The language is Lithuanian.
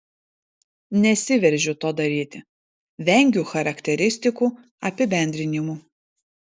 nesiveržiu to daryti vengiu charakteristikų apibendrinimų